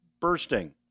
bursting